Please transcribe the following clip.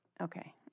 Okay